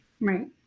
Right